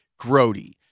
Grody